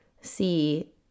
see